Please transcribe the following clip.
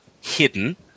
hidden